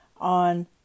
on